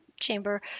chamber